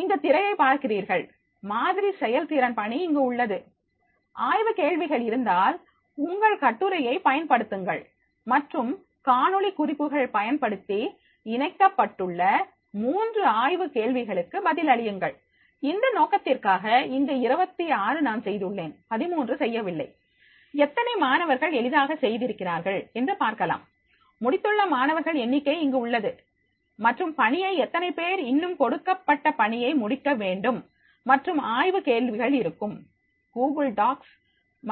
இங்கு திரையை பார்க்கிறீர்கள் மாதிரி செயல்திறன் பணி இங்கு உள்ளது ஆய்வுக் கேள்விகள் இருந்தால் உங்கள் கட்டுரையை பயன்படுத்துங்கள் மற்றும் காணொளி குறிப்புகள் பயன்படுத்தி இணைக்கப்பட்டுள்ள மூன்று ஆய்வு கேள்விகளுக்கு பதில் அளியுங்கள் இந்த நோக்கத்திற்காக இங்கு 26 நான் செய்துள்ளேன் 13 செய்யவில்லை எத்தனை மாணவர்கள் எளிதாக செய்திருக்கிறார்கள் என்று பார்க்கலாம் முடித்துள்ள மாணவர்கள் எண்ணிக்கை இங்கு உள்ளது மற்றும் பணியை எத்தனை பேர் இன்னும் கொடுக்கப்பட்ட பணியை முடிக்க வேண்டும் மற்றும் ஆய்வுக் கேள்விகள் இருக்கும் கூகுள் டாக்ஸ்